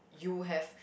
you have